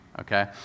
okay